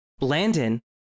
Landon